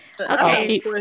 Okay